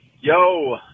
Yo